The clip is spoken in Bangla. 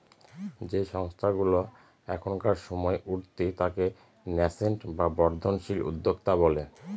যে সংস্থাগুলা এখনকার সময় উঠতি তাকে ন্যাসেন্ট বা বর্ধনশীল উদ্যোক্তা বলে